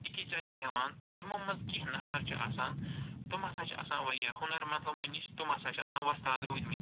أکِس جایہِ بیٚہوان یِموٚو منٛز کیٚنٛہہ نَفر چھِ آسان تِم ہسا چھِ آسان واریاہ ہُنرمنٛد ہموٚو نِش تِم ہسا چھِ آسان وۄستاد روٗدمٕتۍ